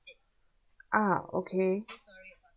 ah okay